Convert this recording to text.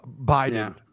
Biden